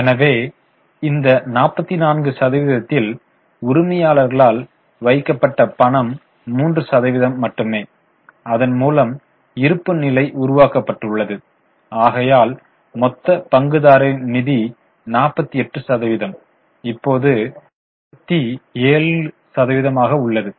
எனவே இந்த 44 சதவிகிதத்தில் உரிமையாளர்களால் வைக்கப்பட்ட பணம் 3 சதவிகிதம் மட்டுமே அதன் மூலம் இருப்பு நிலை உருவாக்கப்பட்டுள்ளது ஆகையால் மொத்த பங்குதாரரின் நிதி 48 சதவீதம் இப்போது 47 சதவீதமாக உள்ளது